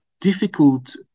difficult